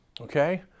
Okay